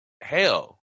hell